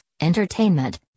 entertainment